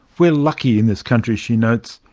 we're lucky in this country she notes.